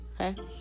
Okay